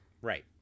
Right